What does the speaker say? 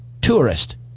tourist